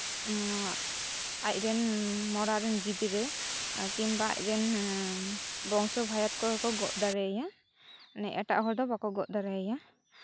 ᱟᱡ ᱨᱮᱱ ᱢᱚᱲᱟ ᱨᱮᱱ ᱜᱤᱫᱽᱨᱟᱹ ᱠᱤᱢᱵᱟ ᱟᱡᱨᱮᱱ ᱵᱚᱝᱥᱚ ᱵᱷᱟᱭᱟᱛ ᱠᱚᱜᱮ ᱠᱚ ᱜᱚᱜ ᱫᱟᱲᱮᱭᱟᱭᱟ ᱢᱟᱱᱮ ᱮᱴᱟᱜ ᱦᱚᱲ ᱫᱚ ᱵᱟᱠᱚ ᱜᱚᱜ ᱫᱟᱲᱮ ᱟᱭᱟ